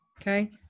Okay